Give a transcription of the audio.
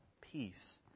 peace